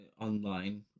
online